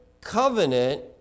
covenant